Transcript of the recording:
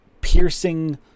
piercing